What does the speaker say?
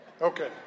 Okay